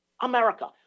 America